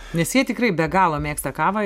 nes jie tikrai be galo mėgsta kavą